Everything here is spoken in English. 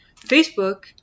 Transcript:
Facebook